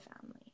family